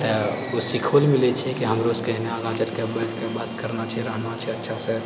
तऽ ओहिसँ सीखो लऽ मिलै छै कि हमरो सबकेँ अहिना बैठ कऽ बात करनो छै रहनो छै अच्छासँ